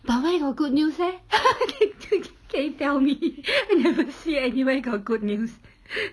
now where got good news leh can can can you tell me I never see anywhere got good news